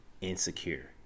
insecure